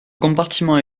compartiment